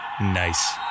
Nice